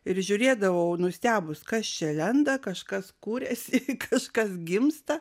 ir žiūrėdavau nustebus kas čia lenda kažkas kuriasi kažkas gimsta